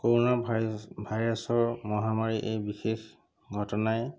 corona ভাইৰাছৰ মহামাৰীৰ এই বিশেষ ঘটনাই